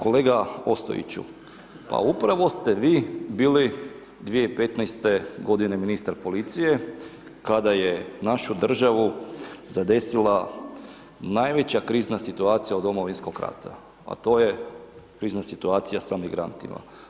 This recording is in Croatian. Kolega Ostojiću, pa upravo ste vi bili 2015. g. ministar policije kada je našu državu zadesila najveća krizna situacija od Domovinskog rata a to je krizna situacija sa migrantima.